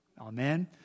Amen